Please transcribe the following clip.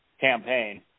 campaign